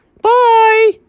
Bye